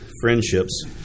friendships